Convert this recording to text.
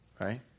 right